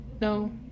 No